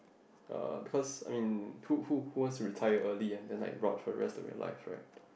uh because I mean who who who wants to retire early and then like rot for rest of your life right